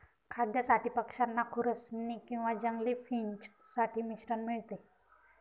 खाद्यासाठी पक्षांना खुरसनी किंवा जंगली फिंच साठी मिश्रण मिळते